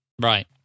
Right